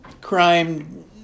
crime